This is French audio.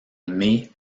mai